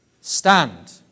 Stand